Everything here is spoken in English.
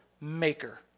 maker